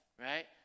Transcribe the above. right